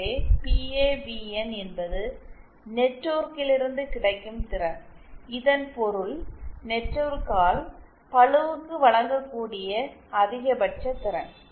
எனவே பிஏவிஎன் என்பது நெட்வொர்க்கிலிருந்து கிடைக்கும் திறன் இதன் பொருள் நெட்வொர்க்கால் பளுவுக்கு வழங்கக்கூடிய அதிகபட்ச திறன்